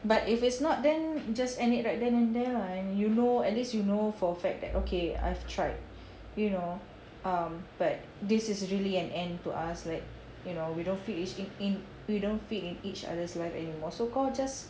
but if it's not then just end it right then and there and you know at least you know for a fact that okay I've tried you know um but this is really an end to us like you know we don't fit it in in we don't fit in each other's life anymore so kau just